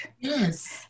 Yes